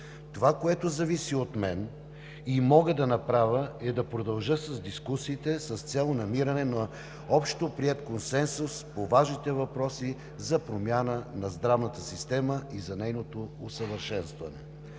Това, което зависи от мен и мога да направя, е да продължа с дискусиите с цел намиране на общо приет консенсус по важните въпроси за промяна на здравната система и за нейното усъвършенстване.